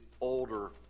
older